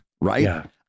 right